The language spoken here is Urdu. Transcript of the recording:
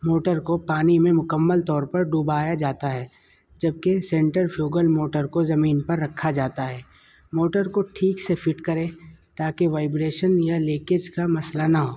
موٹر کو پانی میں مکمل طور پر ڈبایا جاتا ہے جبکہ سینٹرفیوگل موٹر کو زمین پر رکھا جاتا ہے موٹر کو ٹھیک سے فٹ کرے تاکہ وائبریشن یا لیکیج کا مسئلہ نہ ہو